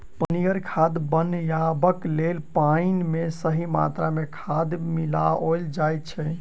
पनिगर खाद बनयबाक लेल पाइन मे सही मात्रा मे खाद मिलाओल जाइत छै